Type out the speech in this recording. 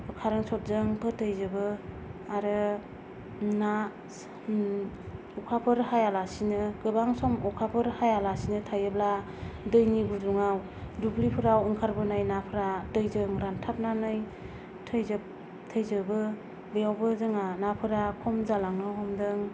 खारेन्त सतजों फोथैजोबो आरो ना अखाफोर हायालासेनो गोबां सम अखाफोर हायालासेनो थायोब्ला दैनि गुदुंआव दुब्लिफोराव ओंखारबोनाय नाफोरा दैजों रानथाबनानै थैजोब थैजोबो बेयावबो जोङा नाफोरा खम जालांनो हमदों